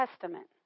testament